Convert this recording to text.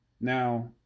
Now